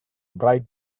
bright